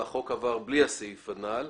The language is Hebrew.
החוק עבר בלי הסעיף הנ"ל.